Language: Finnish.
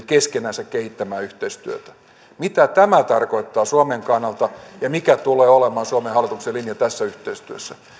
keskenänsä kehittämään yhteistyötä mitä tämä tarkoittaa suomen kannalta ja mikä tulee olemaan suomen hallituksen linja tässä yhteistyössä